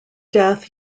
death